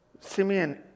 Simeon